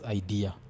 idea